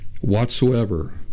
whatsoever